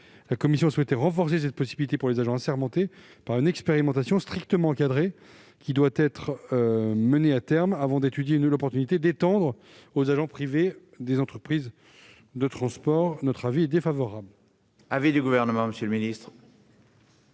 La commission a souhaité renforcer cette possibilité pour les agents assermentés par une expérimentation strictement encadrée, qui doit être menée à son terme avant que ne soit étudiée l'opportunité de l'étendre aux agents privés des entreprises de transport. La commission